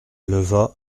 leva